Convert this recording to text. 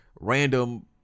random